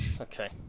okay